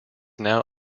now